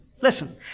listen